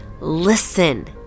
listen